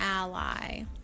ally